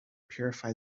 purified